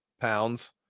pounds